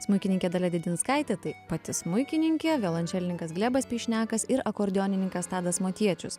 smuikininkė dalia dėdinskaitė tai pati smuikininkė violončelininkas glebas plišniakas ir akordeonininkas tadas motiečius